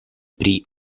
pri